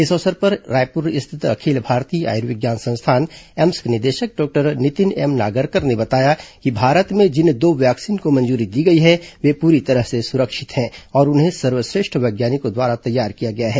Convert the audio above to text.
इस अवसर पर रायपुर स्थित अखिल भारतीय आयुर्विज्ञान संस्थान एम्स के निदेशक डॉक्टर नितिन एम नागरकर ने बताया कि भारत में जिन दो वैक्सीन को मंजूरी दी गई है वे पूरी तरह से सुरक्षित हैं और उन्हें सर्वश्रेष्ठ वैज्ञानिकों द्वारा तैयार किया गया है